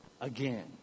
again